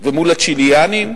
ומול הצ'יליאנים,